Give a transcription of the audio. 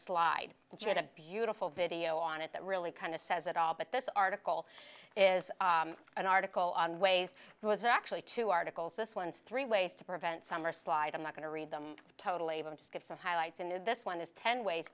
slide and she had a beautiful video on it that really kind of says it all but this article is an article on ways it was actually two articles this one's three ways to prevent summer slide i'm not going to read them totally able to give some highlights in this one is ten ways